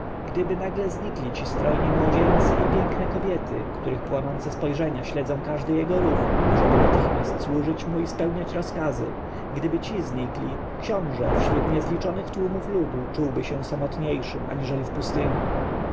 gdyby nagle znikli ci strojni młodzieńcy i piękne kobiety których płonące spojrzenia śledzą każdy jego ruch ażeby natychmiast służyć mu i spełniać rozkazy gdyby ci znikli książę wśród niezliczonych tłumów ludu czułby się samotniejszym aniżeli w pustyni